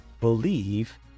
believe